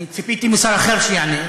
אני ציפיתי משר אחר שיענה.